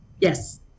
Yes